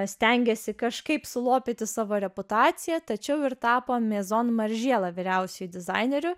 stengiasi kažkaip sulopyti savo reputaciją tačiau ir tapo mezon maržiela vyriausiuoju dizaineriu